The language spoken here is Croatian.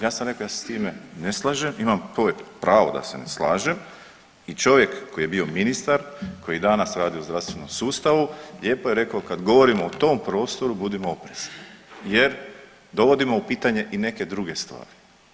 Ja sam rekao ja se s time ne slažem, imam to je pravo da se ne slažem i čovjek koji je bio ministar, koji danas radi u zdravstvenom sustavu lijepo je rekao kad govorimo o tom prostoru budimo oprezni jer dovodimo u pitanje i neke druge stvari.